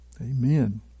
Amen